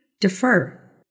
defer